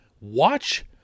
watch